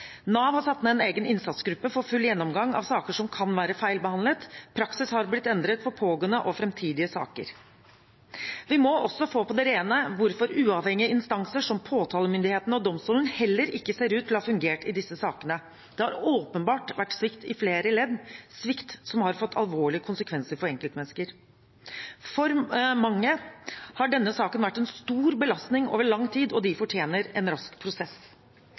Nav har satt ned en egen innsatsgruppe for full gjennomgang av saker som kan være feilbehandlet. Praksis har blitt endret for pågående og framtidige saker. Vi må også få på det rene hvorfor uavhengige instanser, som påtalemyndighetene og domstolene, heller ikke ser ut til å ha fungert i disse sakene. Det har åpenbart vært svikt i flere ledd – svikt som har fått alvorlige konsekvenser for enkeltmennesker. For mange har denne saken vært en stor belastning over lang tid, og de fortjener en rask prosess.